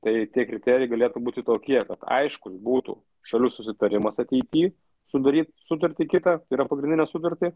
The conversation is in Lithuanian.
tai tie kriterijai galėtų būti tokie kad aišku būtų šalių susitarimas ateity sudaryt sutartį kitą tai yra pagrindinę sutartį